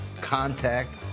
contact